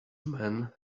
men